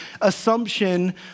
assumption